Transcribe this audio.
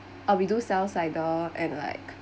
uh we do sell cider and like